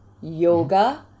yoga